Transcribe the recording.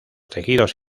tejidos